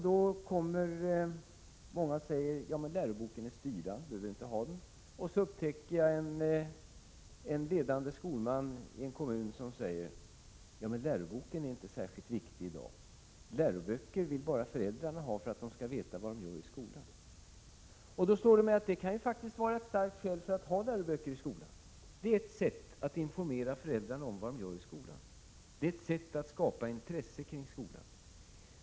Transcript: Då säger många: Läroboken är ju styrande — vi behöver inte ha den. Och så upptäcker jag en ledande skolman i en kommun som säger: Läroboken är inte särskilt viktig i dag - läroböcker vill bara föräldrarna ha, för att de skall veta vad barnen gör i skolan. Då slår det mig att detta faktiskt kan vara ett starkt skäl för att ha läroböcker i skolan. Det är ett sätt att informera föräldrarna om vad som sker i skolan. Det är ett sätt att skapa intresse kring skolan.